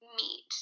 meet